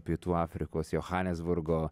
pietų afrikos johanesburgo